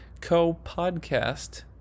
co-podcast